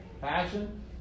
Passion